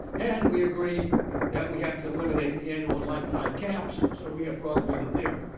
and we agree that we have to eliminate annual and lifetime caps, so we have broad agreement there.